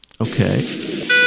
Okay